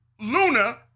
Luna